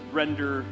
render